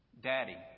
Daddy